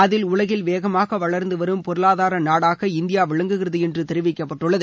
அதில் உலகில் வேகமாக வளர்ந்து வரும் பொருளாதார நாடாக இந்தியா விளங்குகிறது என்று தெரிவிக்கப்பட்டுள்ளது